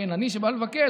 כלומר עני שבא לבקש,